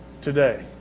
today